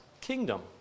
kingdom